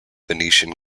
venetian